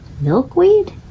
Milkweed